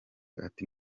ati